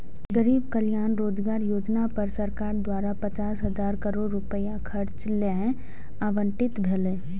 गरीब कल्याण रोजगार योजना पर सरकार द्वारा पचास हजार करोड़ रुपैया खर्च लेल आवंटित भेलै